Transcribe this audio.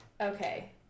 Okay